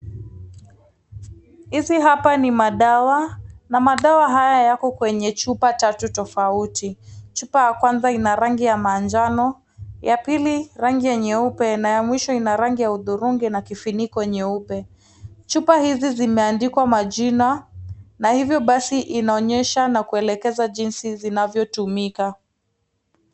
Hizi hapa ni madawa, na madawa haya yako kwenye chupa tatu tofauti, chupa ya kwanza ina rangi ya manjano, ya pili rangi ya nyeupe na ya mwisho ina rangi ya uthurungi na kifuniko nyeupe, chupa hizi zimeandikwa majina na hivyo basi inaonyesha na kuelekeza jinsi zinavyotumika.